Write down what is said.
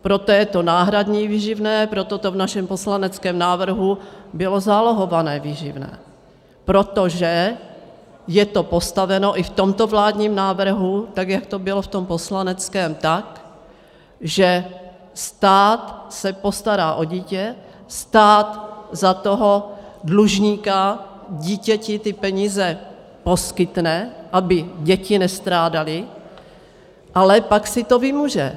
Proto je to náhradní výživné, proto to v našem poslaneckém návrhu bylo zálohované výživné, protože je to postaveno i v tomto vládním návrhu, jak to bylo v tom poslaneckém, tak, že stát se postará o dítě, stát za toho dlužníka dítěti peníze poskytne, aby děti nestrádaly, ale pak si to vymůže.